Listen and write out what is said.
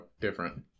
different